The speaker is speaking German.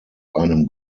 einem